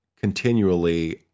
continually